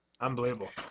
Unbelievable